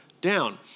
down